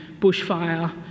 bushfire